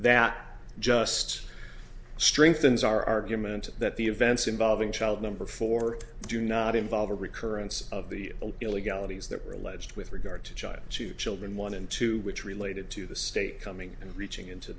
that just strengthens our argument that the events involving child number four do not involve a recurrence of the illegalities that related with regard to child two children one and two which related to the state coming and reaching into